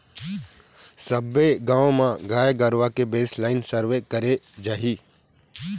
सब्बो गाँव म गाय गरुवा के बेसलाइन सर्वे करे जाही